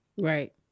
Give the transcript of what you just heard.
Right